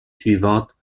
suivantes